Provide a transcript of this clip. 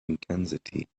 intensity